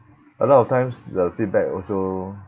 a lot of times the feedback also